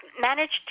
managed